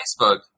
Facebook